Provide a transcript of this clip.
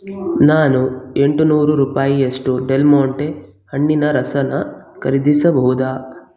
ನಾನು ಎಂಟು ನೂರು ರೂಪಾಯಿಯಷ್ಟು ಡೆಲ್ ಮೋಂಟೆ ಹಣ್ಣಿನ ರಸನ ಖರೀದಿಸಬಹುದಾ